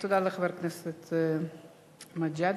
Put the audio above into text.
תודה לחבר הכנסת מג'אדלה.